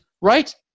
Right